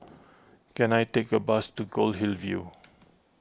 can I take a bus to Goldhill View